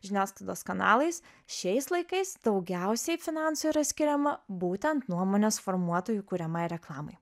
žiniasklaidos kanalais šiais laikais daugiausiai finansų yra skiriama būtent nuomonės formuotojų kuriamai reklamai